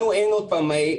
לנו, עוד פעם,